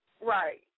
Right